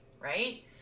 right